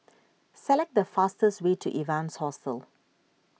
select the fastest way to Evans Hostel